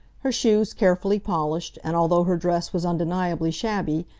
her shoes carefully polished, and although her dress was undeniably shabby,